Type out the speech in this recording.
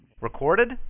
Recorded